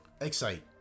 Excite